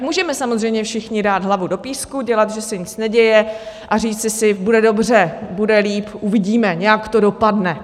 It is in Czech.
Můžeme samozřejmě všichni dát hlavu do písku, dělat, že se nic neděje, a říci si, bude dobře, bude líp, uvidíme, nějak to dopadne.